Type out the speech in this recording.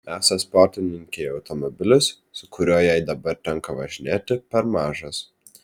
esą sportininkei automobilis su kuriuo jai dabar tenka važinėti per mažas